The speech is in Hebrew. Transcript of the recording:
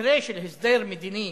שבמקרה של הסדר מדיני